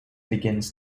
begins